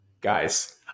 guys